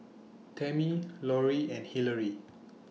Tamie Laurie and Hilary